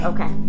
Okay